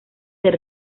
del